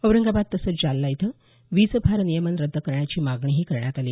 औरंगाबाद तसंच जालना इथं वीज भारनियमन रद्द करण्याची मागणीही करण्यात आली